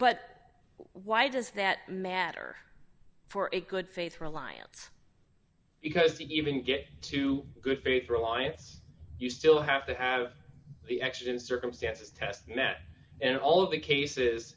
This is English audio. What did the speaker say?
but why does that matter for a good faith reliance because even get to good faith reliance you still have to have the exigent circumstances test met and all of the cases